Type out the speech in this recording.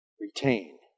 Retain